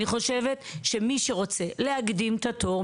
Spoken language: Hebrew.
אני חושבת שמי שרוצה להקדים את התור,